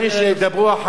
לא אכפת לי שידברו אחרי.